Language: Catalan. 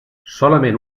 solament